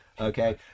Okay